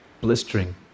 blistering